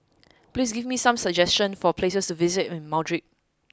please give me some suggestions for places to visit in Madrid